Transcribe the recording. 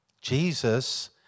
Jesus